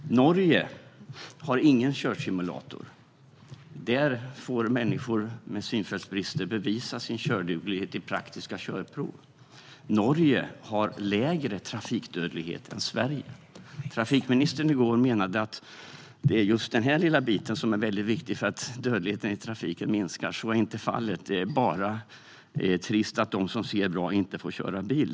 Herr talman! Norge har ingen körsimulator. Där får människor med synfältsbrister bevisa sin körduglighet i praktiska körprov. Norge har lägre trafikdödlighet än Sverige. Trafikministern menade i går att just denna lilla bit är väldigt viktig för att dödligheten i trafiken ska minska. Så är inte fallet. Det är bara trist att de som ser bra inte får köra bil.